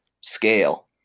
scale